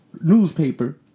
newspaper